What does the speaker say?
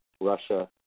Russia